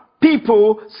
people